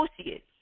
associates